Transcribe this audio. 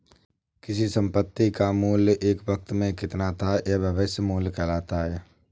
किसी संपत्ति का मूल्य एक वक़्त में कितना था यह भविष्य मूल्य कहलाता है